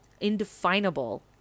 indefinable